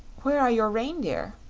where are your reindeer?